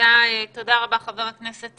תודה רבה, חבר הכנסת